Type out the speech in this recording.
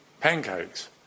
pancakes